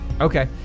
Okay